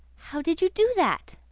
how did you do that?